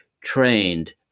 trained